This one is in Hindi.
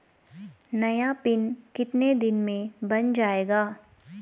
नया पिन कितने दिन में बन जायेगा?